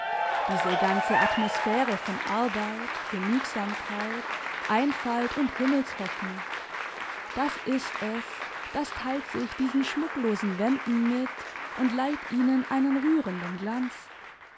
diese ganze atmosphäre von arbeit genügsamkeit einfalt und himmelshoffnung das ist es das teilt sich diesen schmucklosen wänden mit und leiht ihnen einen rührenden glanz